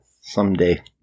someday